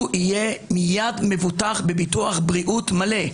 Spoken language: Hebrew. הוא יהיה מייד מבוטח בביטוח בריאות מלא,